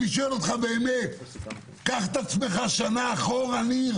קח עצמך שנה אחורנית.